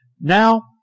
now